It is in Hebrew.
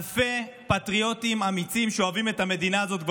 אלפי פטריוטים אמיצים שאוהבים את המדינה הזאת כבר